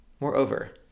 Moreover